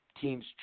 teams